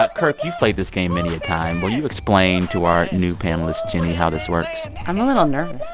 but kirk, you've played this game many a time. will you explain to our new panelist jenny how this works? i'm a little nervous